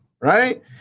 Right